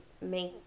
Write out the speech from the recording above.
make